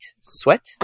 sweat